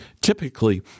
typically